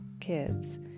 kids